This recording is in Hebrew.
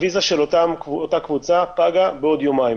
הוויזה של אותה קבוצה פגה בעוד יומיים,